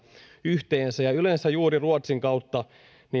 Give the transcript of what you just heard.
yhteensä ja ja yleensä juuri ruotsin kautta